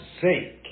sake